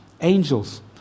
angels